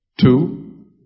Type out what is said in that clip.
two